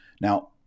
Now